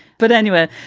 but anyway,